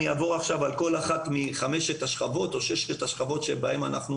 אעבור עכשיו על כל אחת משש השכבות שבהן אנחנו